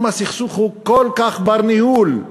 אם הסכסוך הוא כל כך בר-ניהול,